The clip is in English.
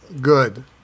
good